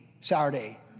Saturday